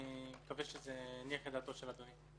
אני מקווה שזה הניח את דעתו של אדוני.